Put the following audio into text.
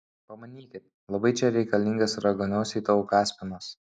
pamanykit labai čia reikalingas raganosiui tavo kaspinas